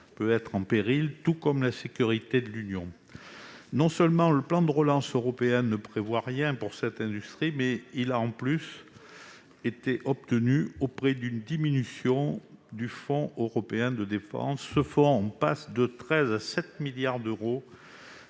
est en péril, tout comme la sécurité de l'Union. Non seulement le plan de relance européen ne prévoit rien pour cette industrie, mais il a en plus été obtenu au prix d'une diminution du Fonds européen de défense, lequel passe de 13 milliards à 7 milliards d'euros